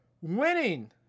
winning